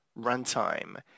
runtime